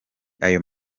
ayo